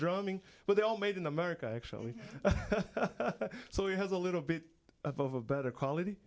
drumming but they're all made in america actually so it has a little bit of a better quality